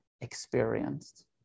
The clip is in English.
experienced